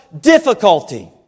difficulty